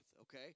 okay